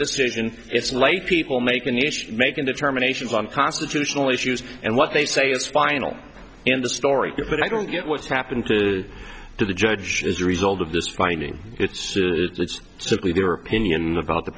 decision it's late people make an issue making determinations on constitutional issues and what they say is final and the story but i don't get what's happened to the judge as a result of this finding it's simply their opinion about the